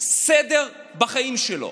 סדר בחיים שלו.